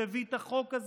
שהביא את החוק הזה,